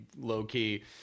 low-key